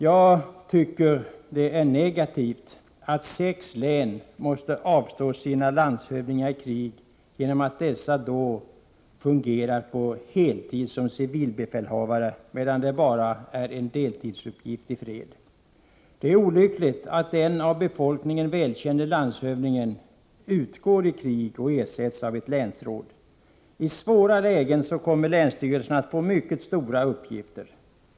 Jag tycker det är negativt att sex län måste avstå sina landshövdingar i krig genom att dessa då fungerar på heltid som civilbefälhavare, medan det bara är en deltidsuppgift i fred. Det är olyckligt att den av befolkningen välkände landshövdingen utgår i krig och ersätts av ett länsråd. I svåra lägen kommer länsstyrelserna att få mycket stora uppgifter.